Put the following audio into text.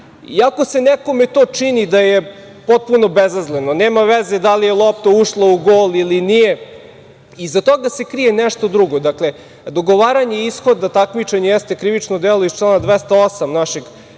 Iako se nekome čini da je to potpuno bezazleno, nema veze da li je lopta ušla u gol ili nije, iza toga se krije nešto drugo. Dakle, dogovaranje ishoda takmičenja jeste krivično delo iz člana 208. našeg